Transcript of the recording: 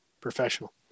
Professional